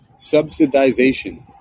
subsidization